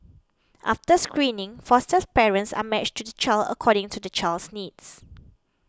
after screening foster parents are matched to the child according to the child's needs